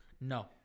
No